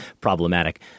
problematic